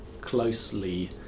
closely